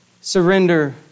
surrender